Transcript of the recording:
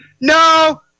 No